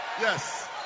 Yes